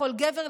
לכל גבר,